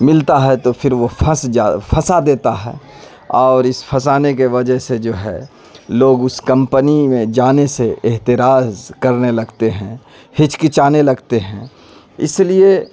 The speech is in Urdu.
ملتا ہے تو پھر وہ پھنس جا پھنسا دیتا ہے اور اس پھنسانے کے وجہ سے جو ہے لوگ اس کمپنی میں جانے سے احتراز کرنے لگتے ہیں ہچکچانے لگتے ہیں اس لیے